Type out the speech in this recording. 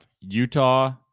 Utah